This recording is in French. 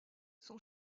son